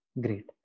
Great